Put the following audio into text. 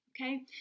Okay